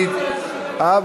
אה,